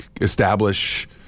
establish